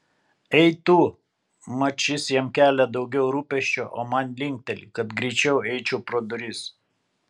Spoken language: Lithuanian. ei tu mat šis jam kelia daugiau rūpesčio o man linkteli kad greičiau eičiau pro duris